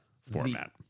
format